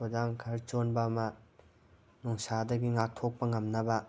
ꯈꯨꯗꯥꯡ ꯈꯔ ꯆꯣꯟꯕ ꯑꯃ ꯅꯨꯡꯁꯥꯗꯒꯤ ꯉꯥꯛꯊꯣꯛꯄ ꯉꯝꯅꯕ